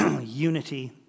unity